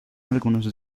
algunos